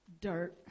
dirt